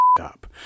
Up